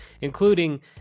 including